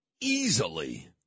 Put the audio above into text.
easily